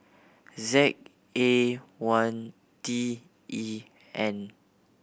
Z A one T E N